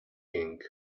king